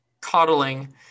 coddling